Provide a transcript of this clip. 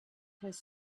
has